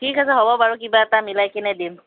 ঠিক আছে হ'ব বাৰু কিবা এটা মিলাই কিনে দিম